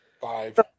Five